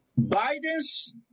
Biden's